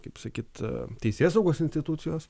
kaip sakyt teisėsaugos institucijos